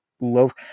love